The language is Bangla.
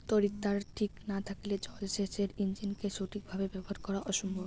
তড়িৎদ্বার ঠিক না থাকলে জল সেচের ইণ্জিনকে সঠিক ভাবে ব্যবহার করা অসম্ভব